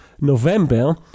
November